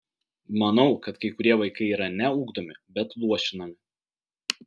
manau kad kai kurie vaikai yra ne ugdomi bet luošinami